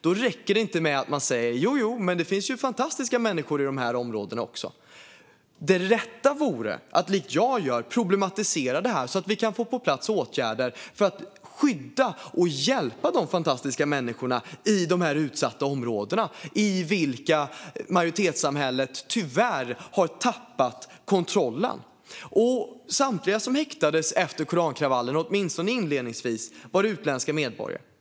Det räcker inte att säga: Jojo, men det finns fantastiska människor i dessa områden också. Det rätta vore att, som jag gör, problematisera det hela så att vi kan få åtgärder på plats för att skydda och hjälpa de fantastiska människorna i dessa utsatta områden i vilka majoritetssamhället tyvärr har tappat kontrollen. Samtliga som häktades efter korankravallerna - åtminstone inledningsvis - var utländska medborgare.